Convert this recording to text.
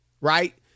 Right